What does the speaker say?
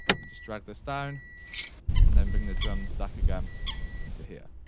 and just drag this down and then bring the drums back again into here,